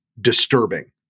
disturbing